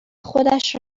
خودش